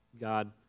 God